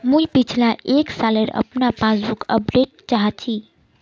मुई पिछला एक सालेर अपना पासबुक अपडेट चाहची?